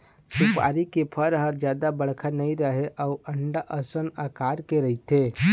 सुपारी के फर ह जादा बड़का नइ रहय अउ अंडा असन अकार के रहिथे